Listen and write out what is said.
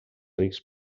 rics